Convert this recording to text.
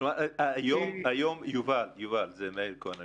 יובל, זה מאיר כהן.